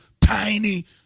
tiny